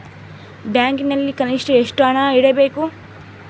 ಬ್ಯಾಂಕಿನಲ್ಲಿ ಕನಿಷ್ಟ ಎಷ್ಟು ಹಣ ಇಡಬೇಕು?